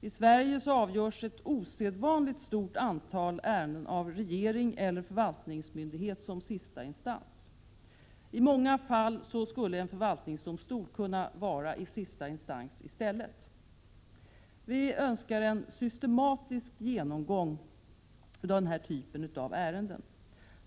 I Sverige avgörs ett osedvanligt stort antal ärenden av regering eller förvaltningsmyndighet som sista instans. I många fall skulle en förvaltningsdomstol kunna vara sista instans i stället. Vi önskar en systematisk genomgång av den typen av ärenden.